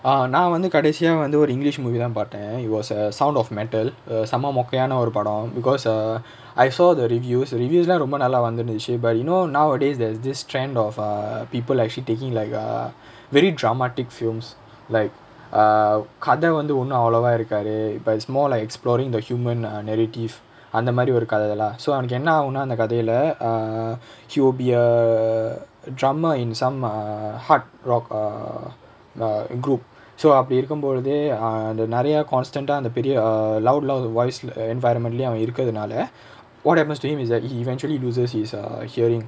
ah நா வந்து கடைசியா வந்து ஒரு:naa vanthu kadaisiya vanthu oru english movie தா பாத்தேன்:thaa paathaen it was a sound of mental err செம மொக்கயான ஒரு படோ:sema mokkayaana oru pado because err I saw the reviews reviews lah ரொம்ப நல்லா வந்திருந்துச்சு:romba nallaa vanthirunthichu but you know nowadays there's this trend of err people actually taking like a very dramatic films like err கத வந்து ஒன்னு அவளோவா இருக்காது இப்ப:katha vanthu onnu avalovaa irukkaathu ippa it's more like exploring the human uh narrative அந்தமாரி ஒரு கத:anthamaari oru katha lah so அவனுக்கு என்னாகுனா அந்த கதைல:avanukku ennaakkunaa antha kathaila err he'll be a drama in some uh hard rock uh uh group so அப்டி இருக்கும் பொழுது:apdi irukkum poluthu err அந்த நிறைய:antha niraiya constant ah அந்த பெரிய:antha periya err loud lah voice lah environment lah யு அவ இருக்குறதுனாலே:yu ava irukkurathunaalae what happens to him is eventually he loses his uh hearing